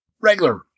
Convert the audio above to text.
Regular